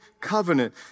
covenant